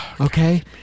Okay